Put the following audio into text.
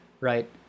right